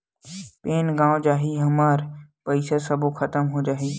Pan गंवा जाही हमर पईसा सबो खतम हो जाही?